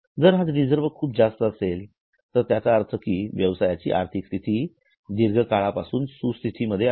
जर हा रिजर्व खूप जास्त असेल तर त्याचा अर्थ कि व्यवसायाची आर्थिक स्थिती दीर्घकाळापासून सुस्थितीत आहे